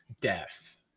death